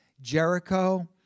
Jericho